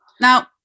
Now